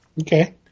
Okay